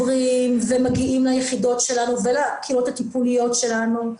עוברים ומגיעים ליחידות שלנו ולקהילות הטיפוליות שלנו,